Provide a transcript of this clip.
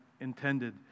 intended